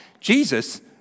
Jesus